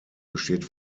besteht